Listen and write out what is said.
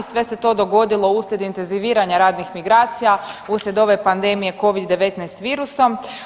Sve se to dogodilo uslijed intenziviranja radnih migracija, uslijed ove pandemije covid 19 virusom.